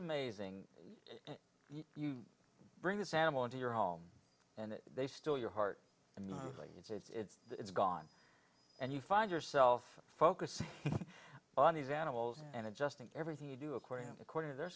amazing you bring this animal into your home and they still your heart and it's that it's gone and you find yourself focusing on these animals and adjusting everything you do according to according to their